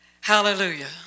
hallelujah